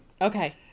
okay